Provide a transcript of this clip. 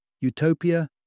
Utopia